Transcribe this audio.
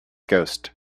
ghost